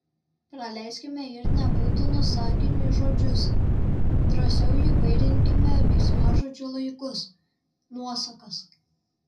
praleiskime ir nebūtinus sakiniui žodžius drąsiau įvairinkime veiksmažodžių laikus nuosakas